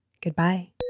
Goodbye